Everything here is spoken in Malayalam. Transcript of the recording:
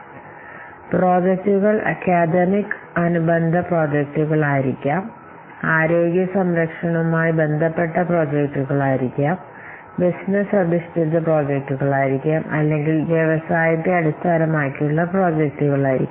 അതിനാൽ ചില പ്രോജക്ടുകൾ അക്കാദമിക് അനുബന്ധ പ്രോജക്ടുകളായിരിക്കാം ചില പ്രോജക്ടുകൾ ആരോഗ്യസംരക്ഷണവുമായി ബന്ധപ്പെട്ട പ്രോജക്ടുകളായിരിക്കാം ഇവിടെ ചില പ്രോജക്ടുകൾ ബിസിനസ് അധിഷ്ഠിത പ്രോജക്ടുകളായിരിക്കാം അല്ലെങ്കിൽ ചില പ്രോജക്ടുകൾ വ്യവസായത്തെ അടിസ്ഥാനമാക്കിയുള്ള പ്രോജക്ടുകളായിരിക്കാം